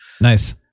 Nice